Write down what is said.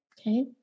Okay